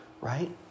Right